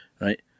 right